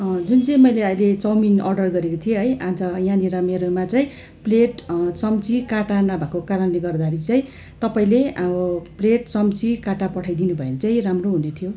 जुन चाहिँ मैले अहिले चाउमिन अर्डर गरेको थिएँ है आज यहाँनिर मेरोमा चाहिँ प्लेट चम्ची काँटा नभएको कारणले गर्दाखेरि चाहिँ तपाईँले अब प्लेट चम्ची काँटा पठाइदिनु भयो भने चाहिँ राम्रो हुने थियो